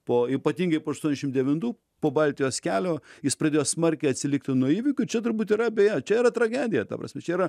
po ypatingai po aštuoniasdešim devintų po baltijos kelio jis pradėjo smarkiai atsilikti nuo įvykių čia turbūt yra beje čia yra tragedija ta prasme čia yra